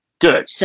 Good